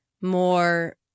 more